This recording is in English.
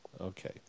Okay